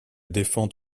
défend